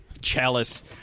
chalice